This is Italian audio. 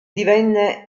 divenne